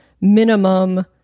minimum